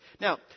Now